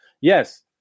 yes